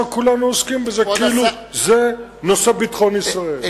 ישר כולנו עוסקים בזה כאילו זה נושא ביטחון ישראל.